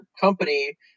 company